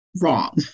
wrong